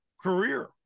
career